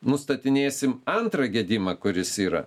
nustatinėsim antrą gedimą kuris yra